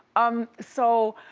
um so,